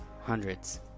Hundreds